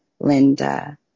Linda